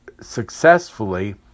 successfully